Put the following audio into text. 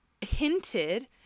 hinted